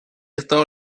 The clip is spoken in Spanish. estado